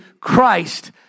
Christ